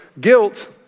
Guilt